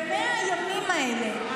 ב-100 הימים האלה,